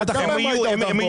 למה לא ראו אותם פה?